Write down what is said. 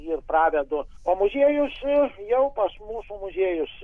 ir pravedu o muziejus jau pas mūsų muziejus